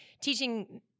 teaching